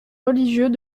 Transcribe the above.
religieux